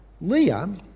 Leah